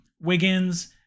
Wiggins